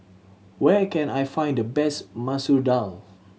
where can I find the best Masoor Dal